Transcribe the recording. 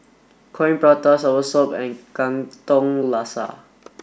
Coin Prata Soursop and Katong Laksa